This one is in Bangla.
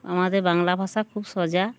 আমাদের বাংলা ভাষা খুব সোজা